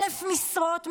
1,000 משרות,